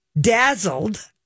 dazzled